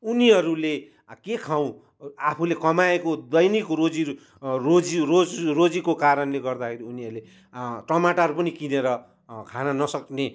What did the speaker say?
उनीहरूले के खाउँ आफूले कमाएको दैनिक रोजी रोज रोज रोजीको कारणले गर्दाखेरि उनीहरूले टमाटर पनि किनेर खान नसक्ने